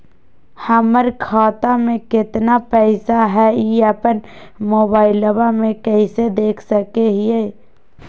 हमर खाता में केतना पैसा हई, ई अपन मोबाईल में कैसे देख सके हियई?